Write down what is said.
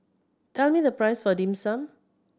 tell me the price of Dim Sum